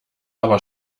aber